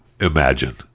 imagine